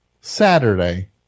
Saturday